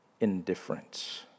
indifference